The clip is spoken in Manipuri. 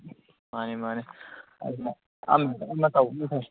ꯃꯥꯟꯅꯤ ꯃꯥꯟꯅꯤ ꯑꯗꯨꯅ ꯑꯃ ꯇꯧꯕꯅ ꯐꯩ